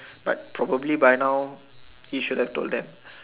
but probably by now she should have told them